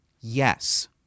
Yes